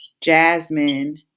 Jasmine